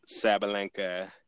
Sabalenka